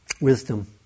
wisdom